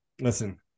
listen